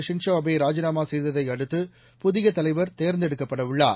Shinzo Abe ராஜினாமா செய்ததை அடுத்து புதிய தலைவர் தேர்ந்தெடுக்கப்படவுள்ளார்